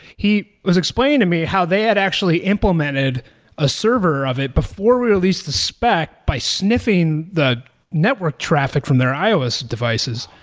he was explained to me how they had actually implemented a server of it before we release the spec by sniffing the network traffic from their ios devices.